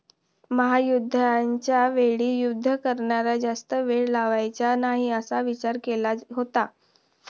महायुद्धाच्या वेळी युद्ध करारांना जास्त वेळ लावायचा नाही असा विचार केला होता